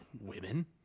women